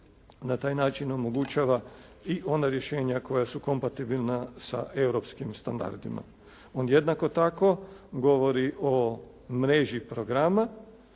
na taj način omogućava i ona rješenja koja su kompatibilna sa europskim standardima. On jednako tako govori o mreži programa